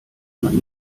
man